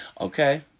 Okay